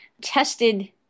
tested